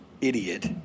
idiot